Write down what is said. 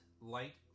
light